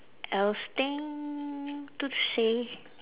I was thing to say